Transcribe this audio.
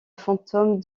fantôme